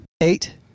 Eight